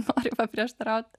noriu paprieštaraut